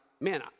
man